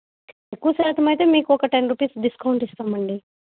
ఎక్కువ శాతమైతే మీకు ఒక టెన్ రూపీస్ డిస్కౌంట్ ఇస్తామండి